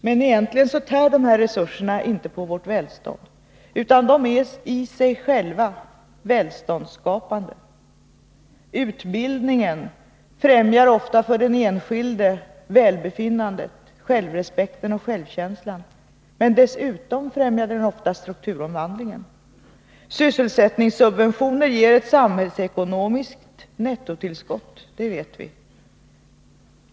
Men dessa resurser tär egentligen inte på vårt välstånd utan är i sig själva välståndsskapande. Utbildningen främjar för den enskilde välbefinnandet, självrespekten och självkänslan, men dessutom främjar den ofta strukturomvandlingen. Sysselsättningssubventioner ger ett samhällsekonomiskt nettotillskott, det vet vi.